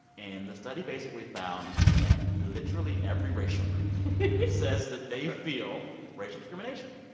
and the study basically found that literally every racial group says that they feel racial discrimination